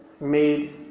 made